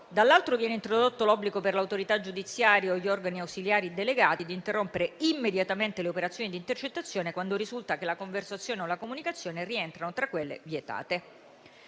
dall'altro, viene introdotto l'obbligo per l'autorità giudiziaria o per gli organi ausiliari delegati di interrompere immediatamente le operazioni di intercettazione, quando risulta che la conversazione o la comunicazione rientrano tra quelle vietate.